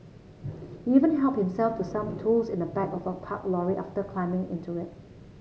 he even helped himself to some tools in the back of a parked lorry after climbing into it